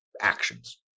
actions